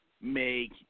make